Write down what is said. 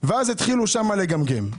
ואז התחילו שם לגמגם.